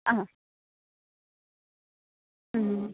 ആ ഉം